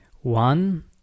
One